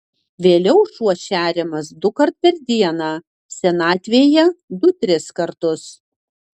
vėliau šuo šeriamas dukart per dieną senatvėje du tris kartus